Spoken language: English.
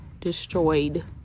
destroyed